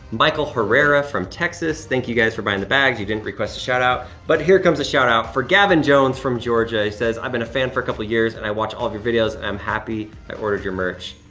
michael herrera from texas. thank you guys for buying the bags. you didn't request a shout-out. but here comes a shout-out for gavin jones from georgia. he says, i've been a fan for a couple years, and i watch all of your videos, and i'm happy i ordered your merch,